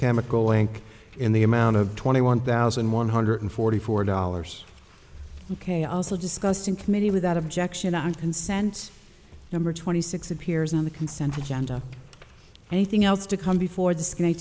chemical lank in the amount of twenty one thousand one hundred forty four dollars ok also discussed in committee without objection and consent number twenty six appears on the consent genda anything else to come before disconnect